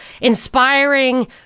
inspiring